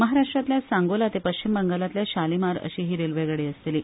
महाराष्ट्रांतल्या सांगोला ते अस्तंत बंगालांतल्या शालीमार अशी ही रेल्वे गाडी आसतली